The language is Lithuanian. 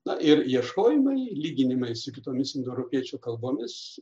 na ir ieškojimai lyginimai su kitomis indoeuropiečių kalbomis